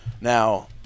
Now